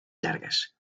llargues